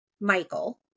michael